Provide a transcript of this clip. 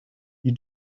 you